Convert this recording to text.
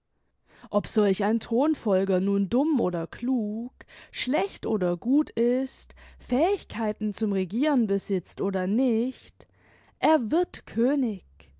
ob solch ein thronfolger nun dumm oder klug schlecht oder gut ist fähigkeiten zum regieren besitzt oder nicht er wird könig